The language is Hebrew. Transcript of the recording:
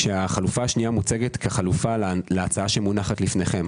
כאשר החלופה השנייה מוצגת כחלופה להצעה שמונחת לפניכם.